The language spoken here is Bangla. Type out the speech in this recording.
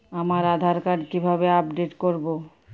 আমার আধার কার্ড কিভাবে আপডেট করব?